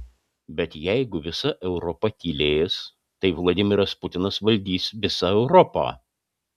bet jeigu visa europa tylės tai vladimiras putinas valdys visą europą